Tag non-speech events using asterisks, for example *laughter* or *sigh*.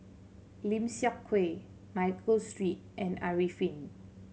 Lim Seok Hui Michael *unintelligible* and Arifin